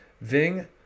Ving